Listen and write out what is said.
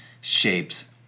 shapes